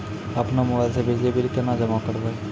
अपनो मोबाइल से बिजली बिल केना जमा करभै?